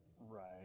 Right